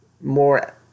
more